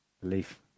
belief